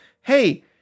hey